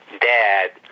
dad